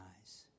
eyes